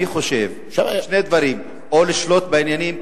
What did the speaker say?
אני חושב שני דברים: או לשלוט בעניינים,